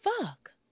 fuck